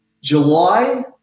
July